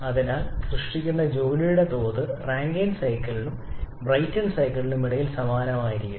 അതിനാൽ സൃഷ്ടിക്കുന്ന ജോലിയുടെ തോത് റാങ്കൈൻ സൈക്കിളിനും ബ്രൈറ്റൺ സൈക്കിളിനും ഇടയിൽ സമാനമായിരിക്കും